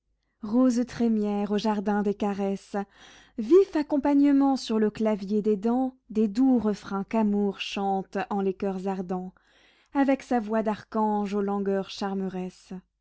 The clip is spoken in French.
rose trémière au jardin des caresses vif accompagnement sur le clavier des dents des doux refrains qu'amour chante en les coeurs ardents avec sa voix d'archange aux langueurs